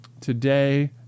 today